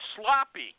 sloppy